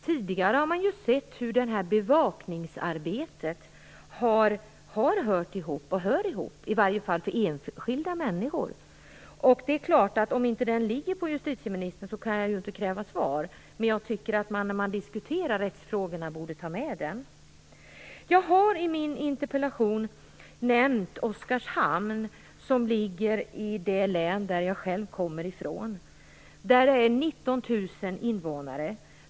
Tidigare har bevakningsarbetet hört ihop, i varje fall enligt enskilda människors uppfattning. Det är klart att om denna fråga inte ligger hos justitieministern kan jag ju inte kräva något svar, men jag tycker att den borde tas med när man diskuterar rättsfrågor. Jag har i min interpellation nämnt Oskarshamn som ligger i det län som jag själv kommer ifrån. Oskarshamn har 19 000 invånare.